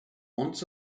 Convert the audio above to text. once